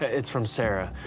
ah it's from sarah.